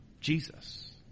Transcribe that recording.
Jesus